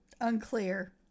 Unclear